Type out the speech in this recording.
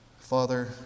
Father